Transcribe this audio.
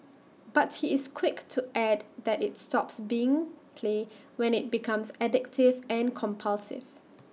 but he is quick to add that IT stops being play when IT becomes addictive and compulsive